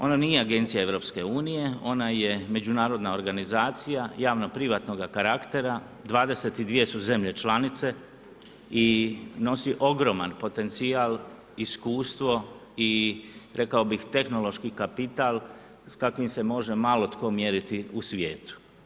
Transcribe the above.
Ona nije agencija EU, ona je međunarodna organizacija javno-privatnoga karaktera, 22 su zemlje članice i nosi ogroman potencijal, iskustvo i rekao bih, tehnološki kapital s kakvim se može malo tko mjeriti u svijetu.